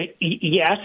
Yes